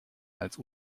als